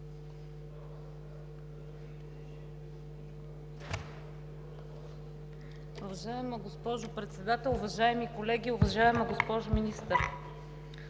Уважаема госпожо Председател, уважаеми колеги, уважаема госпожо Министър!